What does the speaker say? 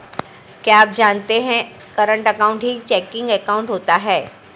क्या आप जानते है करंट अकाउंट ही चेकिंग अकाउंट होता है